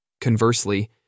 Conversely